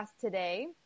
today